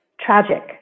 tragic